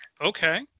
okay